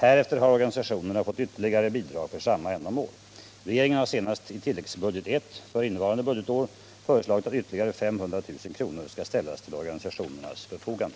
Härefter har organisationerna fått ytterligare bidrag för samma ändamål. Regeringen har senast i tilläggsbudget I för innevarande budgetår föreslagit att ytterligare 500 000 kr. skall ställas till organisationernas förfogande.